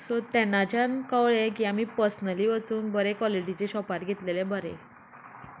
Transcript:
so तेन्नाच्यान कळ्ळें की आमी पर्सनली वचून बरे क्वॉलिटीचे शॉपार घेतलेले बरें